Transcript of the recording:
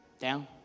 down